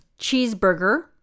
Cheeseburger